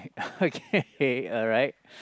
okay alright